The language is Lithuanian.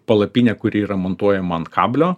palapinę kuri yra montuojama ant kablio